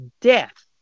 death